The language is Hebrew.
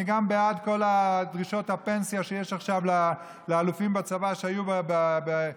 אני גם בעד כל דרישות הפנסיה שיש לאלופים בצבא שהיו בקרב,